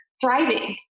thriving